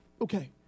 okay